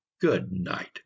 good-night